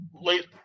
late